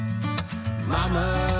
Mama